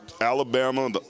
alabama